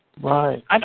Right